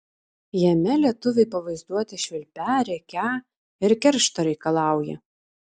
jame lietuviai pavaizduoti švilpią rėkią ir keršto reikalaują